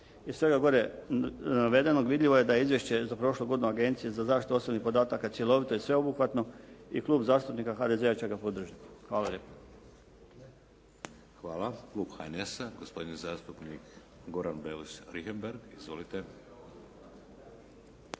Iz svega gore navedenog vidljivo je da je Izvješće za prošlu godinu Agencije za zaštitu osobnih podataka cjelovito i sveobuhvatno i Klub zastupnika HDZ-a će ga podržati. Hvala lijepo. **Šeks, Vladimir (HDZ)** Hvala. Klub HNS-a, gospodin zastupnik Goran Beus Richembergh. Izvolite.